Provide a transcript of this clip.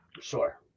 Sure